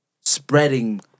spreading